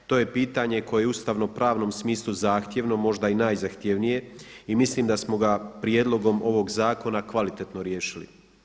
To je pitanje koje u ustavnopravnom smislu zahtjevno, možda i najzahtjevnije i mislim da smo ga prijedlogom ovog zakona kvalitetno riješili.